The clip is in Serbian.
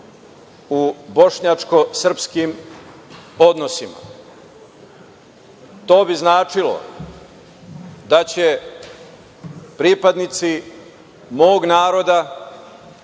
u bošnjačko-srpskim odnosima. To bi značilo da će pripadnici mog naroda